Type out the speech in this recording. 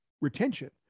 retention